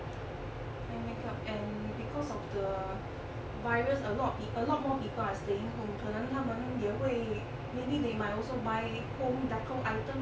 eye makeup and because of the virus a lot a lot more people are staying home 可能他们也会 maybe they might also buy home decor items